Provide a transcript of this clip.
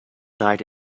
died